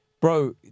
bro